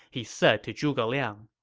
he said to zhuge liang,